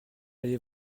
aller